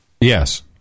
Yes